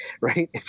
right